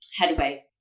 headway